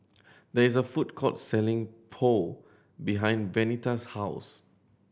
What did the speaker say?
there is a food court selling Pho behind Venita's house